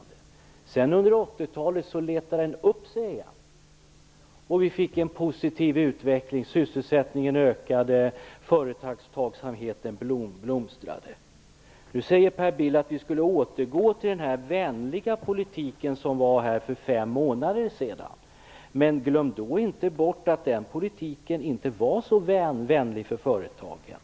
Under 1980-talet rätade kurvan upp sig igen, och vi fick en positiv utveckling: sysselsättningen ökade och företagsamheten blomstrade. Nu säger Per Bill att vi skall återgå till den vänliga politik som fördes för fem månader sedan. Glöm då inte bort att den politiken inte var så vänlig för företagen.